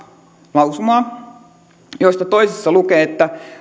lausumaa joista toisessa lukee että